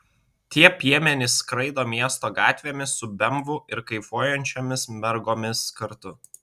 tie piemenys skraido miesto gatvėmis su bemvu ir kaifuojančiomis mergomis kartu